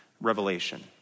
revelation